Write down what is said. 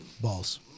Balls